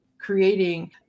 creating